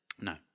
No